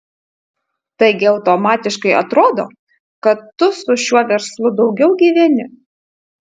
taigi automatiškai atrodo kad tu su šiuo verslu daugiau gyveni